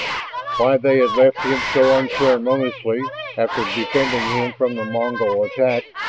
why they had left him so unceremoniously after defending him from the mongol attack,